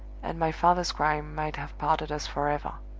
and my father's crime might have parted us forever!